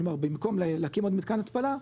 כלומר במקום להקים עוד מתקן התפלה,